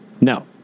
No